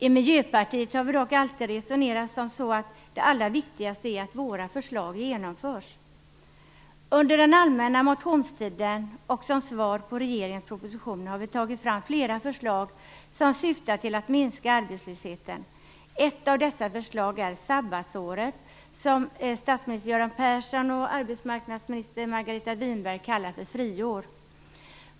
I Miljöpartiet har vi dock alltid resonerat som så, att det allra viktigaste är att våra förslag genomförs. Under den allmänna motionstiden och som svar på regeringens propositioner har vi tagit fram flera förslag som syftar till att minska arbetslösheten. Ett av dessa förslag är förslaget om sabbatsår, som statsminister Göran Persson och arbetsmarknadsminister Margareta Winberg kallar för friår.